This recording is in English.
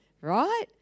Right